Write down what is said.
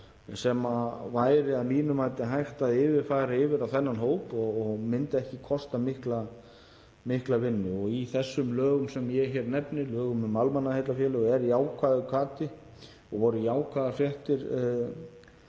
sem væri að mínu mati hægt að yfirfæra yfir á þennan hóp og myndi ekki kosta mikla vinnu. Í þessum lögum sem ég nefni, lögum um almannaheillafélög, er jákvæður hvati og voru jákvæðar fréttir